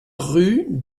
rue